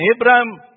Abraham